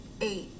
Eight